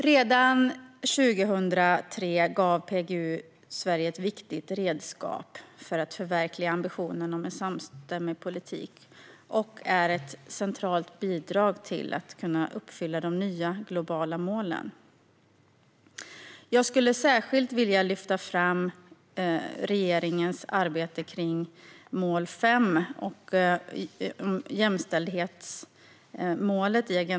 Redan 2003 gav PGU Sverige ett viktigt redskap för att förverkliga ambitionen om en samstämmig politik. Den är ett centralt bidrag till att kunna uppfylla de nya globala målen. Jag skulle särskilt vilja lyfta fram regeringens arbete med mål 5 i Agenda 2030, jämställdhetsmålet.